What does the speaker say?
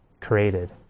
created